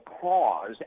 cause